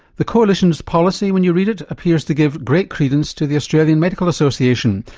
the coalition's policy when you read it appears to give great credence to the australian medical association,